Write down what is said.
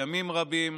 ימים רבים,